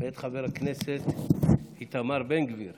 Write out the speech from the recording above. מאת חבר הכנסת איתמר בן גביר